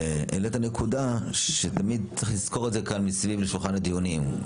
העלית נקודה שתמיד צריך לזכור את זה כאן מסביב לשולחן הדיונים.